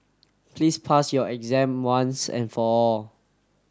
please pass your exam once and for all